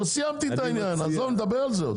נדבר על זה.